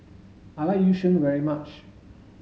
I like yu sheng very much